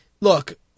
look